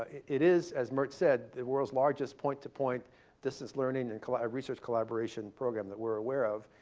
it is, as mert said, the world's largest point-to-point distance learning and research collaboration program that we're aware of,